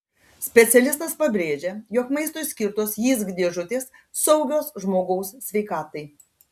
specialistas pabrėžia jog maistui skirtos jysk dėžutės saugios žmogaus sveikatai